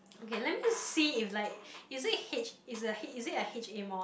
okay let me just see if like is it H is a H is it a H_A mod